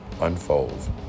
unfolds